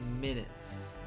minutes